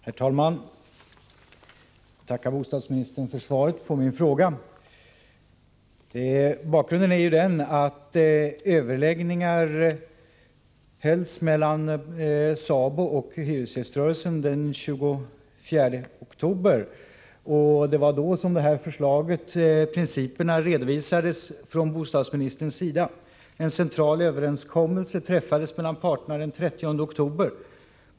Herr talman! Jag tackar bostadsministern för svaret på min fråga. Bakgrunden är att överläggningar hölls mellan SABO och hyresgäströrelsen den 24 oktober. Det var vid detta tillfälle som principerna för detta beslut redovisades från bostadsministerns sida. En central överenskommelse träffades mellan parterna den 30 oktober.